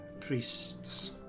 priests